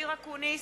אופיר אקוניס,